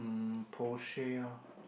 mm Porsche lor